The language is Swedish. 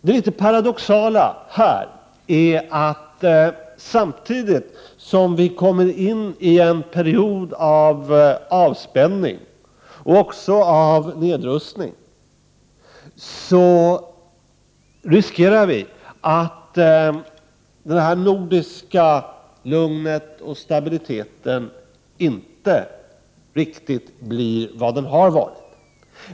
Det litet paradoxala här är att samtidigt som vi kommer in i en period av avspänning och också av nedrustning så riskerar vi att det nordiska lugnet och stabiliteten inte riktigt blir vad de har varit.